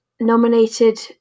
nominated